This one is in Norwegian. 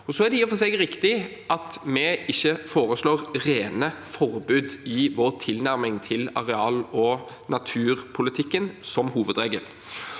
måte. Det er i og for seg riktig at vi ikke foreslår rene forbud i vår tilnærming til areal- og naturpolitikken som hovedregel.